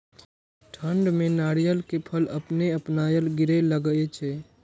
ठंड में नारियल के फल अपने अपनायल गिरे लगए छे?